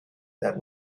that